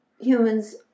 humans